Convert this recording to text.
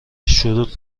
شروط